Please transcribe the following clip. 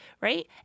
right